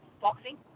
Boxing